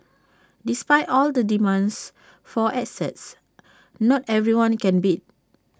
despite all the demands for assets not everyone can bid